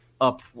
up